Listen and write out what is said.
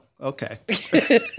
okay